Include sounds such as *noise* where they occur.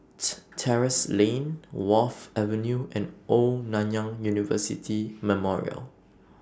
*unintelligible* Terrasse Lane Wharf Avenue and Old Nanyang University Memorial